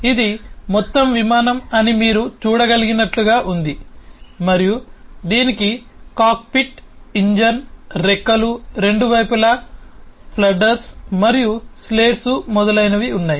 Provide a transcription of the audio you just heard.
ఇది మొత్తం విమానం అని మీరు చూడగలిగినట్లుగా ఉంది మరియు దీనికి కాక్పిట్ ఇంజిన్ రెక్కలు రెండు వైపులా ఫ్లడ్డర్లు మరియు స్లేట్లు మొదలైనవి ఉన్నాయి